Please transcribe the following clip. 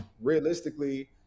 realistically